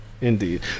indeed